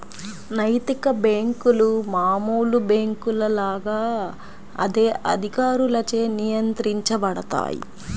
నైతిక బ్యేంకులు మామూలు బ్యేంకుల లాగా అదే అధికారులచే నియంత్రించబడతాయి